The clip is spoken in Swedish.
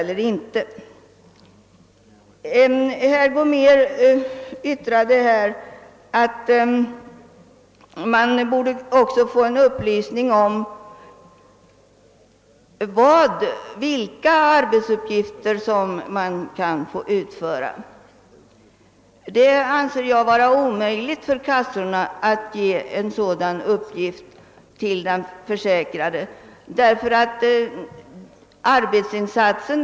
Herr Gomér sade här att man också borde få en upplysning om vilka arbetsuppgifter som får utföras. Jag anser det vara omöjligt för kassorna att ge den försäkrade en sådan upplysning.